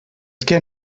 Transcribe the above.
què